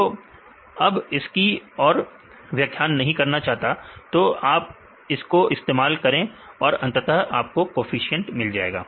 तो अब इसकी और व्याख्या नहीं करना चाहता तो आप इसी को इस्तेमाल करें और अंततः आपको कोफिशिएंट मिल जाएगा